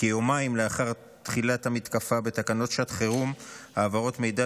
כיומיים לאחר תחילת המתקפה בתקנות שעת חירום העברות מידע